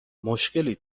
مشکلی